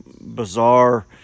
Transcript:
bizarre